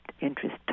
interest